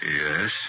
Yes